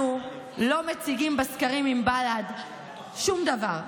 אנחנו לא מציגים בסקרים עם בל"ד שום דבר.